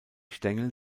stängel